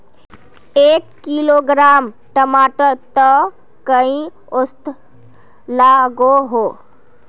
एक किलोग्राम टमाटर त कई औसत लागोहो?